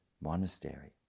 monastery